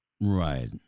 Right